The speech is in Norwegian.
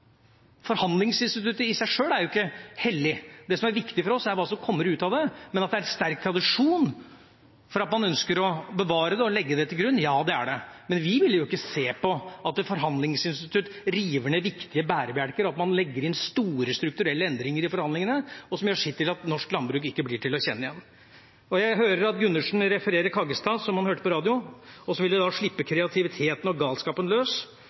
Forhandlingsinstituttet i seg sjøl er jo ikke hellig. Det som er viktig for oss, er hva som kommer ut av det. Men at det er en sterk tradisjon for at man ønsker å bevare det og legge det til grunn – ja, det er det. Men vi vil jo ikke se på at et forhandlingsinstitutt river ned viktige bærebjelker, og at man legger inn store strukturelle endringer i forhandlingene, som gjør sitt til at norsk landbruk ikke blir til å kjenne igjen. Jeg hører at Gundersen refererer Kaggestad, som han hørte på radio, og så ville de slippe kreativiteten og galskapen løs.